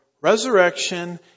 resurrection